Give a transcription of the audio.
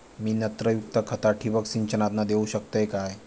मी नत्रयुक्त खता ठिबक सिंचनातना देऊ शकतय काय?